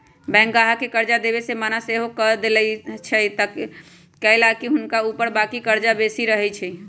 bank गाहक के कर्जा देबऐ से मना सएहो कऽ देएय छइ कएलाकि हुनका ऊपर बाकी कर्जा बेशी रहै छइ